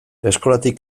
eskolatik